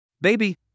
Baby